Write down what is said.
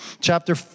chapter